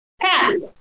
Pat